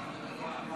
(מעצרים)